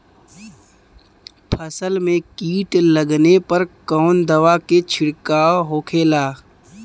फसल में कीट लगने पर कौन दवा के छिड़काव होखेला?